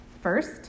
First